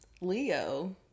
leo